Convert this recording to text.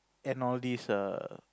and all these err